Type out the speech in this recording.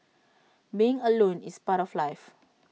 being alone is part of life